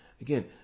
Again